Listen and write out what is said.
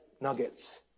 nuggets